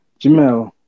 Jamel